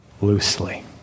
loosely